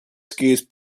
skates